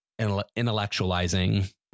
intellectualizing